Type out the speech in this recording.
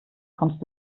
kommst